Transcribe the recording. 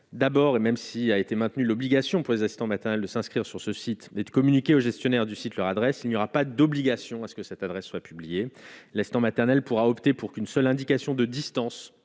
D'abord, et même s'il a été maintenu l'obligation pour les assistants maternels de s'inscrire sur ce site d'être communiquées aux gestionnaires du site leur adresse, il n'y aura pas d'obligation à ce que cette adresse soit publié l'instant maternelle pourra opter pour qu'une seule indication de distance